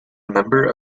member